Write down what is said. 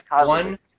one